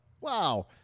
Wow